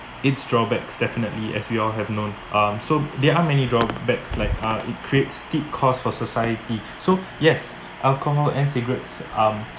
its drawbacks definitely as we all have known um so there are many drawbacks like uh it creates steep cost for society so yes alcohol and cigarettes um